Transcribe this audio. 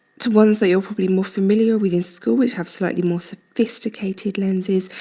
to ones that you're probably more familiar with in school which have slightly more sophisticated lenses,